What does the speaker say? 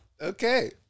Okay